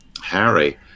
Harry